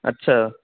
اچھا